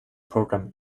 program